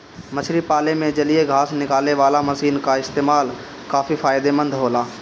मछरी पाले में जलीय घास निकालेवाला मशीन क इस्तेमाल काफी फायदेमंद होला